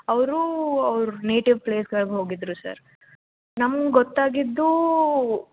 ಅವ್ರು ಅವ್ರ ನೇಟಿವ್ ಪ್ಲೇಸ್ಗಳ್ಗೆ ಹೋಗಿದ್ದರು ಸರ್ ನಮ್ಗೆ ಗೊತ್ತಾಗಿದ್ದೂ